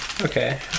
Okay